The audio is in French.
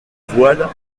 voiles